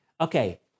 Okay